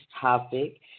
topic